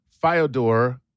Fyodor